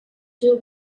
two